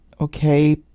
Okay